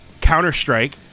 Counter-Strike